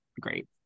great